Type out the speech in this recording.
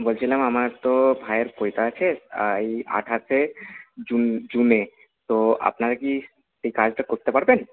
বলছিলাম আমার তো ভাইয়ের পৈতে আছে এই আঠাশে জুন জুনে তো আপনারা কি এই কাজটা করতে পারবেন